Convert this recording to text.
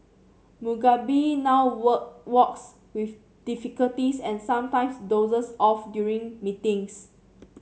Mugabe now work walks with difficulties and sometimes dozes off during meetings